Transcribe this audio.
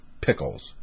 pickles